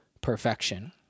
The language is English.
perfection